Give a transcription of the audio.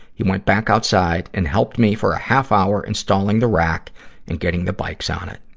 he went back outside and helped me for a half-hour installing the rack and getting the bikes on it.